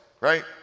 right